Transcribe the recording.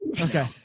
okay